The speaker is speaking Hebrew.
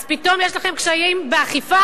אז פתאום יש לכם קשיים באכיפה?